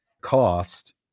cost